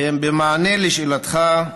במענה על שאלתך,